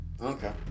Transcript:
Okay